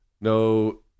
No